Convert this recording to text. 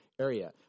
area